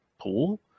pool